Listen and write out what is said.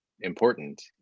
important